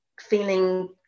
feeling